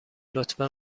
لطفا